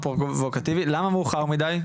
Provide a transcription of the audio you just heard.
למה מאוחר מידיי?